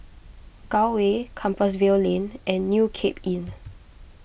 Gul Way Compassvale Lane and New Cape Inn